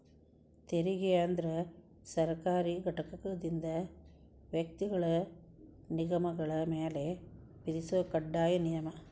ತೆರಿಗೆ ಅಂದ್ರ ಸರ್ಕಾರಿ ಘಟಕದಿಂದ ವ್ಯಕ್ತಿಗಳ ನಿಗಮಗಳ ಮ್ಯಾಲೆ ವಿಧಿಸೊ ಕಡ್ಡಾಯ ನಿಯಮ